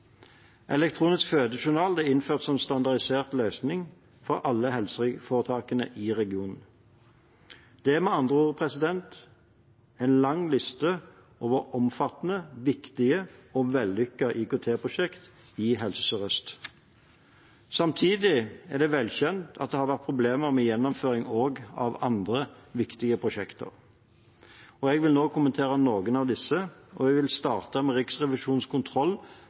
Elektronisk fødejournal er innført som standardisert løsning for alle helseforetakene i regionen. Det er med andre ord en lang liste over omfattende, viktige og vellykkede IKT-prosjekter i Helse Sør-Øst. Samtidig er det velkjent at det har vært problemer med gjennomføringen av andre viktige prosjekter. Jeg vil nå kommentere noen av disse, og jeg vil starte med Riksrevisjonens kontroll